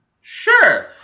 Sure